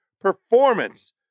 performance